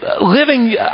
Living